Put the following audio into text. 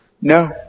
No